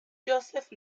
josep